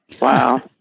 Wow